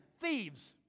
thieves